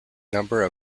number